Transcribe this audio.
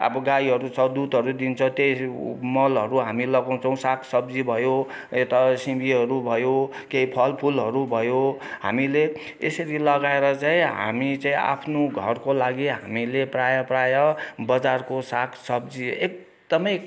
अब गाईहरू छ दुधहरू दिन्छ त्यही मलहरू हामी लगाउँछौँ सागसब्जी भयो यता सिमीहरू भयो केही फलफुलहरू भयो हामीले यसरी लगाएर चाहिँ हामी चाहिँ आफ्नो घरको लागि हामीले प्रायः प्रायः बजारको सागसब्जी एकदमै